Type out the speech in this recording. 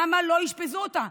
למה לא אשפזו אותה?